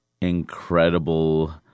incredible